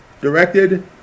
directed